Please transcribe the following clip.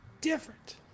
different